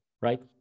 right